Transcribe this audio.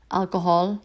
alcohol